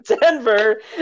Denver